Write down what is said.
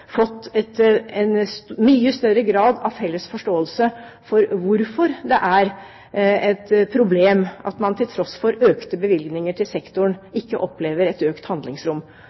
fått en mye større grad av felles forståelse for hvorfor det er et problem at man til tross for økte bevilgninger til sektoren ikke opplever et økt handlingsrom.